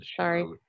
sorry